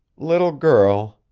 little girl,